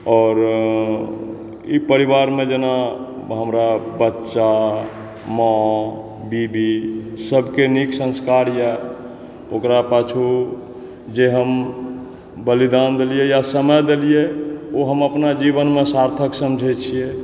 और ई परिवारमे जेना हमरा बच्चा माँ बीबी सबके नीक संस्कार याए ओकरा पाछू जे हम बलिदान देलिलैए समय देलियै ओ हम अपना जीवनमे सार्थक समझै छियै